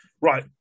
right